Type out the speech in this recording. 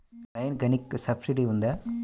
Rain గన్కి subsidy ఉందా?